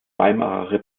weimarer